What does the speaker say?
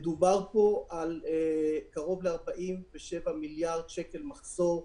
מדובר פה על קרוב ל-47 מיליארד שקל מחזור,